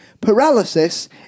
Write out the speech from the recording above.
paralysis